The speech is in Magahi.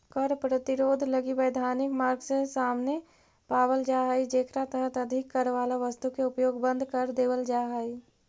कर प्रतिरोध लगी वैधानिक मार्ग सामने पावल जा हई जेकरा तहत अधिक कर वाला वस्तु के उपयोग बंद कर देवल जा हई